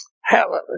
Hallelujah